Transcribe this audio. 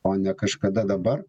o ne kažkada dabar